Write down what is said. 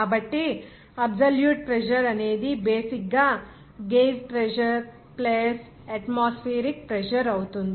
కాబట్టి absolute pressure అనేది basic గా gauge pressure plus atmospheric pressure అవుతుంది